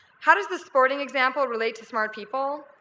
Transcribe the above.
how does this sporting example relate to smart people?